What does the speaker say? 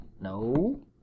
No